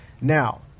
Now